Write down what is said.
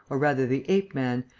or rather the ape-man,